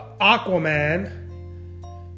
Aquaman